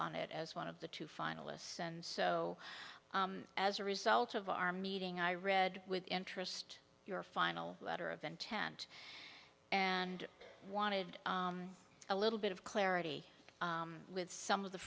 on it as one of the two finalists and so as a result of our meeting i read with interest your final letter of intent and wanted a little bit of clarity with some of the